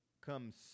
comes